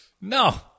no